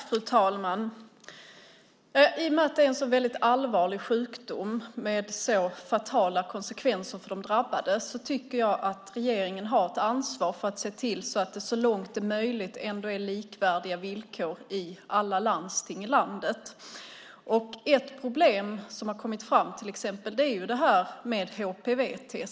Fru talman! I och med att det är en så allvarlig sjukdom med så fatala konsekvenser för de drabbade tycker jag att regeringen har ett ansvar att se till att det så långt det är möjligt ändå är likvärdiga villkor i alla landsting i landet. Ett problem som har kommit fram är HPV-testet.